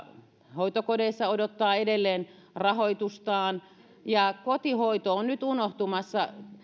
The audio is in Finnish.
hoitokodeissa odottaa edelleen rahoitustaan ja kotihoito on nyt unohtumassa